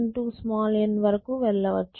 n వరకు వెళ్లుచు